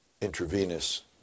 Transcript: intravenous